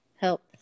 help